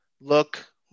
look